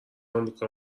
امریکا